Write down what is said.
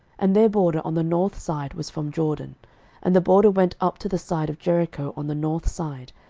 and their border on the north side was from jordan and the border went up to the side of jericho on the north side,